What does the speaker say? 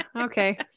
Okay